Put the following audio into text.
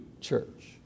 church